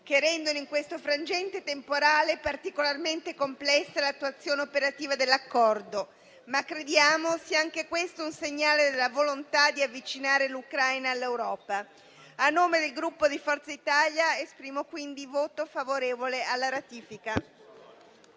che in questo frangente temporale rendono particolarmente complessa l'attuazione operativa dell'Accordo, ma crediamo sia anche questo un segnale della volontà di avvicinare l'Ucraina all'Europa. A nome del Gruppo Forza Italia, esprimo quindi voto favorevole alla ratifica.